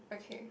okay